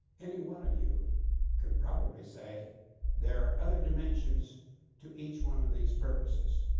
any one of you could probably say there are other dimensions to each one of these purposes.